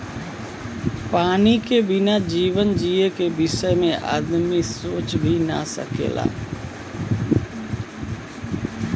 पानी के बिना जीवन जिए बिसय में आदमी सोच भी न सकेला